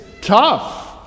tough